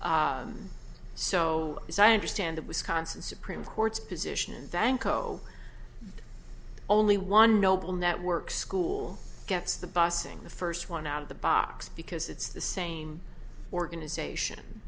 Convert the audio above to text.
so as i understand of wisconsin supreme court's position thank oh only one noble network school gets the busing the first one out of the box because it's the same organization